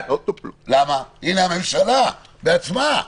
הנה, הממשלה בעצמה.